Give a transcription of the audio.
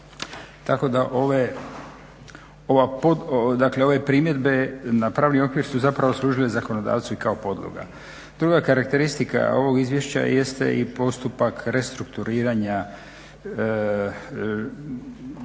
Tako da ove primjedbe na pravni okvir su služile zakonodavcu kao i podloga. Druga karakteristika ovog izvješća jeste i postupak restrukturiranja sustava